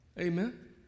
Amen